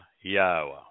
Yahweh